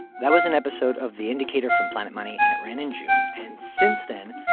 that was an episode of the indicator from planet money, and it ran in june. and since then,